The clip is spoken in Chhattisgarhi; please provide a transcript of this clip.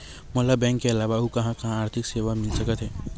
मोला बैंक के अलावा आऊ कहां कहा आर्थिक सेवा मिल सकथे?